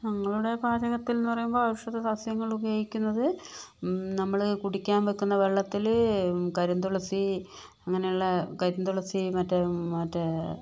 ഞങ്ങളുടെ പാചകത്തിൽന്ന് പറയുമ്പോൾ ഔഷധസസ്യങ്ങള് ഉപയോഗിക്കുന്നത് നമ്മള് കുടിക്കാൻ വെക്കുന്ന വെള്ളത്തില് കരിന്തൊളസി അങ്ങനെയുള്ള കരിന്തൊളസി മറ്റെ മറ്റേ